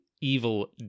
evil